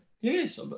yes